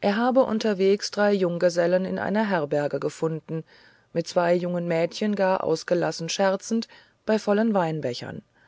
er habe unterwegs die drei junggesellen in einer herberge gefunden mit zwei jungen mädchen gar ausgelassen scherzend bei vollen weinbechern